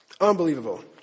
Unbelievable